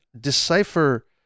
decipher